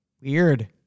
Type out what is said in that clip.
Weird